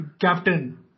captain